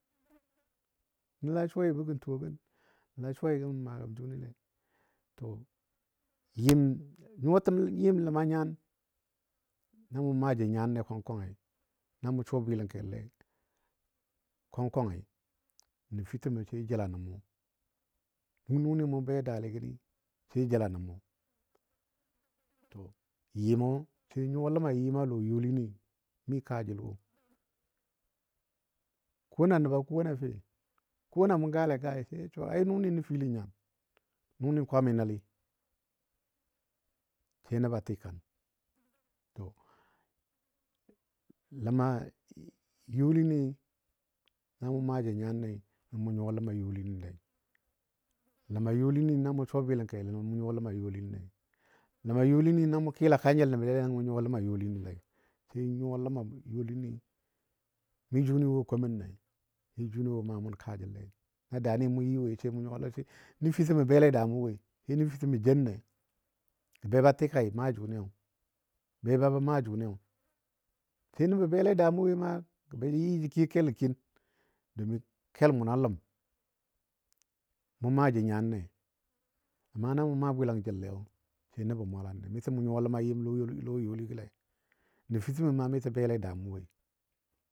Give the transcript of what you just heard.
Nəla suwaibɔ gən tuwo gən, nəla suwaibɔ gə mə maa gəm jʊnile, to yɨm nyuwatəm yɨm ləmə nyan namu maa jə nyan ne kwankwangi namu suwa bɨlənkellei kwang kwangi nəfitəmo sai jəla na mou nʊni mou be daligəni sai jəla nən mou. To yɨmɔ sai nyuwa ləma yɨmɔ lɔ youlini mi kaajəl wo. Ko na nəba ko a fe, kona mʊ gale gai sai ja suwagɔ ai nʊni nəfili nyan, nʊni kwami nəlli sai nəba tikan. To ləma youlini namɔ maa jə nyanle nəmɔ mʊ nyuwa ləma youlinilei. Ləma youlini namɔ suwa bilənkeli nəmɔ mu nyuwa lema youli ni lei. Ləma youlini namɔ kɨla kanjəl nəbilei nəmɔ mu nyuwa ləma youlini lei, sai n nyuwa ləma youlini mi jʊni wo komənnei mi jʊni wo maa mun kaajəl lei, na daani mʊ yɨ woi sai nəfitəma bele daa mu woi, sai nəfitəma jenne gə be tikai maa jʊniyo, be ba bə maa jʊniyo. Sai nəbɔ bele daa mʊ woi ma gə be jə yɨ jə kiyo kelo kin domin kel mʊnɔ ləm, mu maa jə nyanle. Amma na mu maa bwɨlangjəlle sai nəbɔ mwalanle miso mu nyuwa ləma yɨm lɔ lɔ youligɔle nəfitəmɔ ma miso bele a daa mʊwoi.